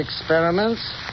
experiments